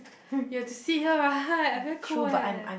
you have to sit here right I very cold eh